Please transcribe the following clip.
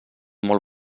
molt